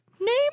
name